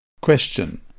Question